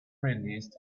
released